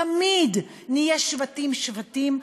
תמיד נהיה שבטים-שבטים,